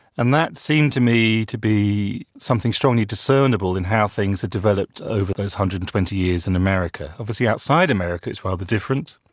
and that seemed to me to be something strongly discernible in how things are developed over those one hundred and twenty years in america. obviously outside america it's rather different.